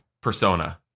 persona